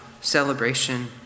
celebration